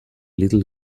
little